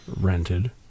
rented